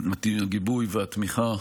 הגיבוי והתמיכה